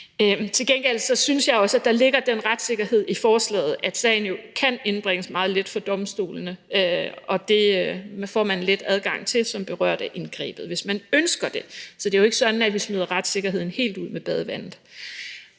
Til gengæld synes jeg også, der ligger den retssikkerhed i forslaget, at sagen jo meget let kan indbringes for domstolene, og det får man let adgang til som berørt af indgrebet, hvis man ønsker det. Så det er jo ikke sådan, at vi smider retssikkerheden helt ud med badevandet.